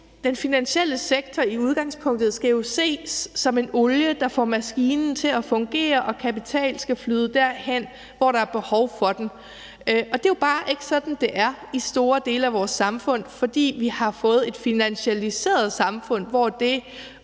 Den finansielle sektor skal jo i udgangspunktet ses som en olie, der får maskinen til at fungere, så kapital flyder derhen, hvor der er behov for den. Det er jo bare ikke sådan, det er, i store dele af vores samfund, fordi vi har fået et finansialiseret samfund, hvor det